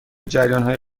جریانهای